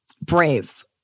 brave